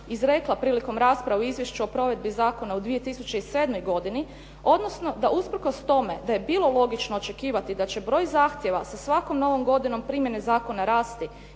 izrekla prilikom rasprave o izvješću o provedbi zakona u 2007. godini odnosno da usprkos tome da je bilo logično očekivati da će broj zakona sa svakom novom godinom primjene zakona rasti